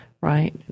right